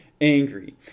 angry